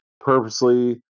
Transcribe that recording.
purposely